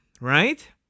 right